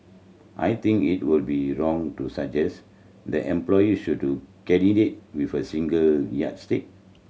I think it would be wrong to suggest that employee should to candidate with a single yardstick